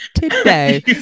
today